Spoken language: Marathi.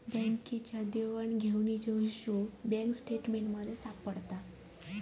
बँकेच्या देवघेवीचो हिशोब बँक स्टेटमेंटमध्ये सापडता